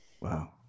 Wow